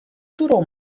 którą